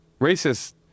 Racist